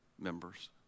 members